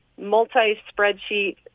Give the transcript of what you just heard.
multi-spreadsheet